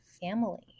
family